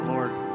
Lord